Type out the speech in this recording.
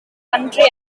county